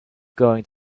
going